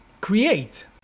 create